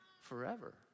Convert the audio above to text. Forever